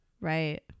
right